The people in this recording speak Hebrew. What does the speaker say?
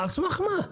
על סמך מה?